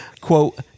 Quote